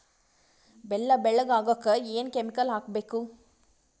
ಬೆಲ್ಲ ಬೆಳಗ ಆಗೋಕ ಏನ್ ಕೆಮಿಕಲ್ ಹಾಕ್ಬೇಕು?